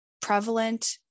prevalent